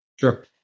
Sure